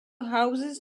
houses